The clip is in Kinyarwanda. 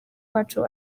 wacu